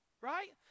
right